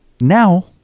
now